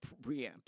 preamps